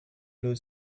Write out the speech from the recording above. blue